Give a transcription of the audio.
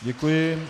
Děkuji.